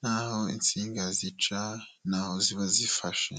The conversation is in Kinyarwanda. n'aho insinga zica, n'aho ziba zifashe.